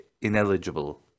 ineligible